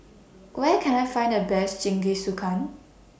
Where Can I Find The Best Jingisukan